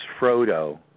Frodo